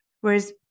whereas